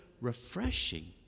refreshing